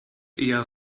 eher